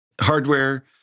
hardware